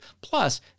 Plus